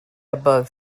above